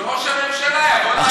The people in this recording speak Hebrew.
שראש הממשלה יבוא לענות.